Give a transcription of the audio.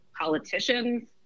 politicians